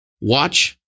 watch